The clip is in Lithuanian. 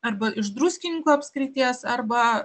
arba iš druskininkų apskrities arba